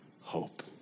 hope